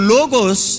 Logos